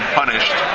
punished